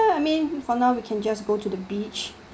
ya I mean for now we can just go to the beach